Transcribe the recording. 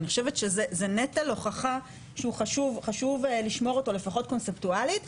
אני חושבת שזה נטל הוכחה שחשוב לשמור אותו לפחות קונספטואלית.